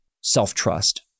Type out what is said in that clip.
self-trust